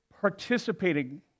participating